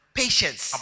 patience